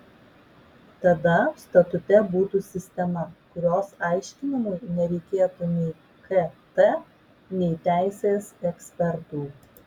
tada statute būtų sistema kurios aiškinimui nereikėtų nei kt nei teisės ekspertų